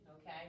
okay